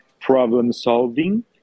problem-solving